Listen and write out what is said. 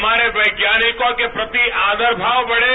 हमारे वैज्ञानिकों के प्रति आदर भाव बढ़े